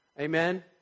Amen